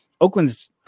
Oakland's